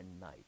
night